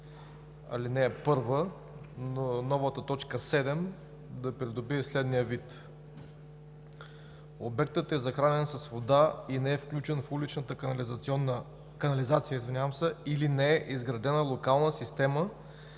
чл. 57а, ал. 1 новата т. 7 да придобие следния вид: „т. 7. Обектът е захранен с вода и не е включен в уличната канализация или не е изградена локална система